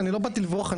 אני לא באתי לברוח,